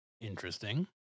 Interesting